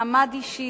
מעמד אישי,